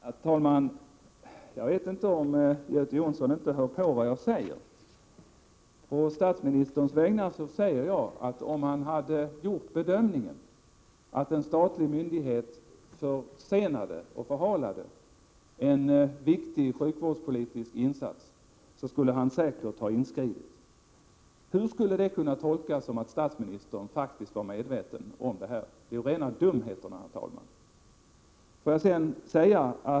Herr talman! Jag vet inte om Göte Jonsson inte lyssnar på vad jag säger. På statsministerns vägnar säger jag att om man hade gjort bedömningen att en statlig myndighet försenade och förhalade en viktig sjukvårdspolitisk insats, då skulle han säkert ha inskridit. Hur skulle det kunna tolkas som att statsministern faktiskt var medveten om detta? Det är rena dumheterna, herr talman!